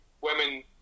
women